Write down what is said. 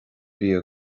bia